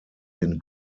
den